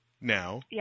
now